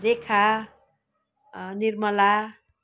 Rekha Nirmala